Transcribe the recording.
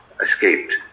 escaped